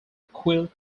quill